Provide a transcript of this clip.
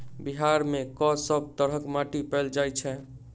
बिहार मे कऽ सब तरहक माटि पैल जाय छै?